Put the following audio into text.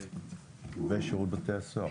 התשפ"ג 2022, ושירות בתי הסוהר.